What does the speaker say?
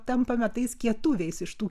tampame tais kietuviais iš tų